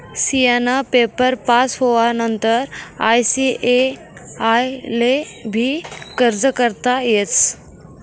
CA ना paper pass होवानंतर ICAI ले भी अर्ज करता येस